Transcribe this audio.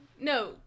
No